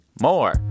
more